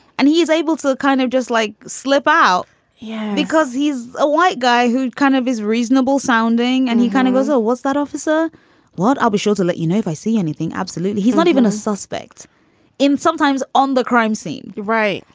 and he is able to kind of just like slip out yeah because he's a white guy who had kind of his reasonable sounding and he kind of goes, oh, was that officer walt? i'll be sure to let you know. i see anything, absolutely. he's not even a suspect in sometimes on the crime scene right.